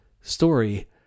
story